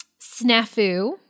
snafu